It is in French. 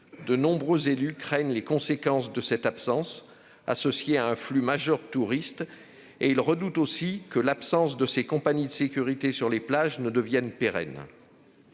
De nombreux élus craignent les conséquences de cette absence, associée à un afflux majeur de touristes. Ils redoutent aussi que l'absence des compagnies de sécurité sur les plages ne devienne pérenne.